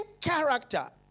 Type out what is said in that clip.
character